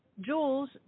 Jules